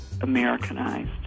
Americanized